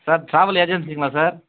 sir travel ஏஜென்சிங்களா sir